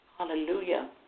Hallelujah